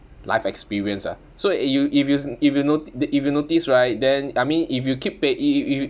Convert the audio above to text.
life experience ah so if you if you s~ if you not~ if you notice right then I mean if you keep pay~ if you if y~